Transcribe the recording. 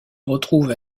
retrouve